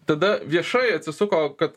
tada viešai atsisuko kad